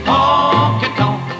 Honky-tonk